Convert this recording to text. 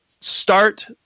start